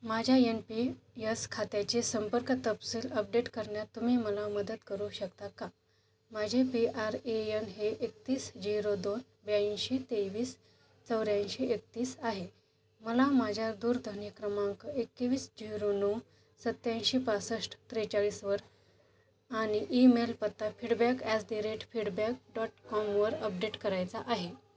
माझ्या N P S खात्याचे संपर्क तपशील अपडेट करण्यात तुम्ही मला मदत करू शकता का माझे पी आर ए यन हे एकतीस झिरो दोन ब्याऐंशी तेवीस चौऱ्याऐंशी एकतीस आहे मला माझ्या दूरध्वनी क्रमांक एकवीस झिरो नऊ सत्याऐंशी पासष्ट त्रेचाळीसवर आणि ईमेल पत्ता feedback at the rate feedback dot कॉमवर अपडेट करायचा आहे